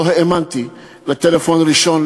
לא האמנתי לטלפון הראשון,